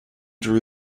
drew